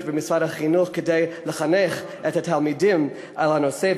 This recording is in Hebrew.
למשרד החינוך כדי לחנך את התלמידים בנושא,